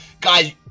Guys